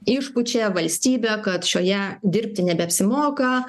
išpučia valstybę kad šioje dirbti nebeapsimoka